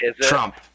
Trump